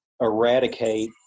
eradicate